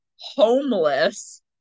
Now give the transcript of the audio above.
homeless